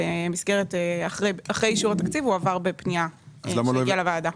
אחרי אישור התקציב הוא עבר בפנייה שהגיעה לוועדה.